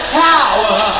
power